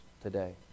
today